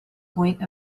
point